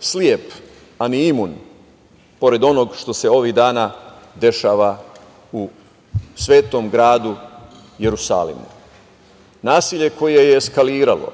slep, a ni imun pored onog što se ovih dana dešava u svetom gradu Jerusalimu. Nasilje koje je eskaliralo